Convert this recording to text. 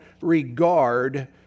regard